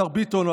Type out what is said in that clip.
השר ביטון,